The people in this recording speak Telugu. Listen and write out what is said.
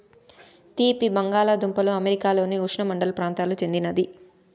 తీపి బంగాలదుంపలు అమెరికాలోని ఉష్ణమండల ప్రాంతాలకు చెందినది